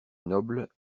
noble